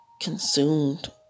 consumed